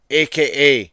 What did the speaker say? aka